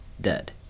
dead